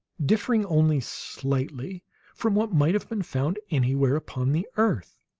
differing only slightly from what might have been found anywhere upon the earth.